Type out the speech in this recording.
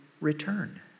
return